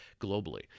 globally